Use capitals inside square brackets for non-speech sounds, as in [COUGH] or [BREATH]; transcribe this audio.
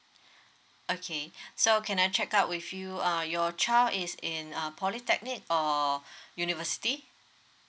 okay [BREATH] so can I check out with you uh your child is in uh polytechnic or [BREATH] university